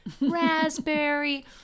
raspberry